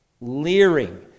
leering